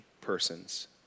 persons